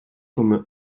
comme